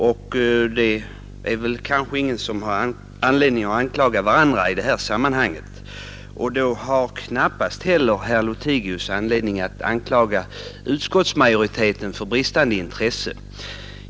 Det är väl ingen som har anledning att anklaga någon annan i det här sammanhanget, men då har knappast heller herr Lothigius anledning att anklaga utskottsmajoriteten för bristande intresse.